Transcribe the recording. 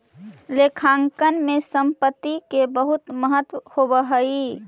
लेखांकन में संपत्ति के बहुत महत्व होवऽ हइ